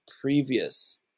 previous